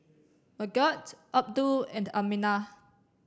Abdul and Aminah